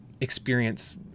experience